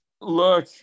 Look